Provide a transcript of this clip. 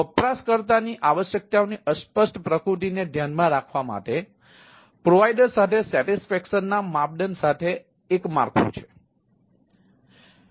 વપરાશકર્તાની આવશ્યકતાઓની અસ્પષ્ટ પ્રકૃતિને ધ્યાનમાં રાખવા માટે પ્રોવાઇડર સાથે સૈટિસ્ફૈક્શનના માપદંડ સાથે એક માળખું છે